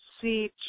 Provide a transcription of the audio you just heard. see